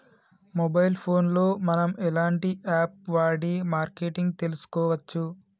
Mobile phone లో మనం ఎలాంటి యాప్ వాడి మార్కెటింగ్ తెలుసుకోవచ్చు?